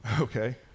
Okay